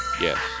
Yes